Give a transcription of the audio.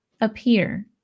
appear